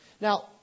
Now